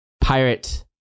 pirate